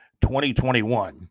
2021